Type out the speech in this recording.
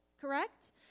correct